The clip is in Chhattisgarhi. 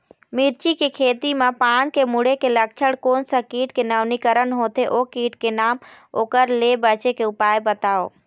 मिर्ची के खेती मा पान के मुड़े के लक्षण कोन सा कीट के नवीनीकरण होथे ओ कीट के नाम ओकर ले बचे के उपाय बताओ?